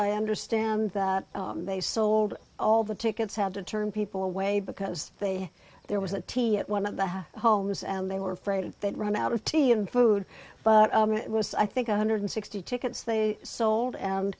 i understand that they sold all the tickets had to turn people away because they had there was a team at one of the homes and they were afraid they'd run out of tea and food but it was i think one hundred sixty tickets they sold and